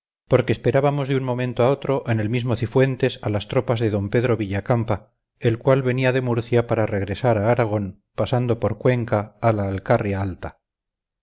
porque esperábamos de un momento a otro en el mismo cifuentes a las tropas de d pedro villacampa el cual venía de murcia para regresar a aragón pasando por cuenca a la alcarria alta